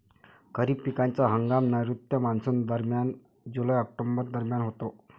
खरीप पिकांचा हंगाम नैऋत्य मॉन्सूनदरम्यान जुलै ऑक्टोबर दरम्यान होतो